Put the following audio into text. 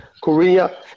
Korea